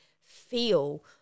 feel